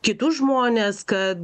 kitus žmones kad